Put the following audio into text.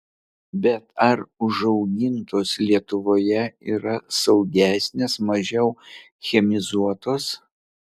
bet ar užaugintos lietuvoje yra saugesnės mažiau chemizuotos